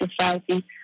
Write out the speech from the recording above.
society